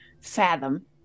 fathom